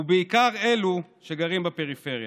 ובעיקר אלו שגרים בפריפריה.